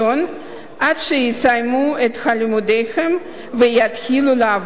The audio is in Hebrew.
עד שיסיימו את לימודיהם ויתחילו לעבוד.